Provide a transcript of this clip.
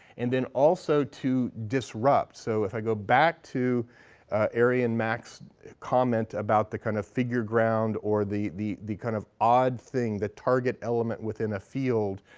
and then also to disrupt. so if i go back to arien mack's comment about the kind of figure ground or the the kind of odd thing, the target element within a field,